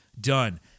done